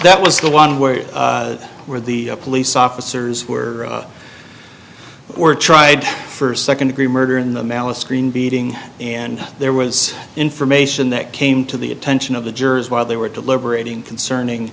that was the one where were the police officers were were tried first second degree murder in the malice screen beating and there was information that came to the attention of the jurors while they were deliberating concerning